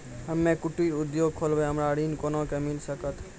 हम्मे कुटीर उद्योग खोलबै हमरा ऋण कोना के मिल सकत?